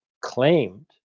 claimed